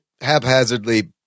haphazardly